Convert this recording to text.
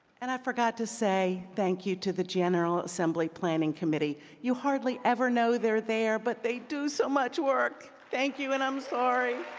and i forgot to say thank you to the general assembly planning committee. you hardly ever know they're there, but they do so much work. thank you, and i'm sorry.